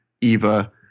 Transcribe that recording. Eva